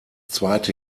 zweite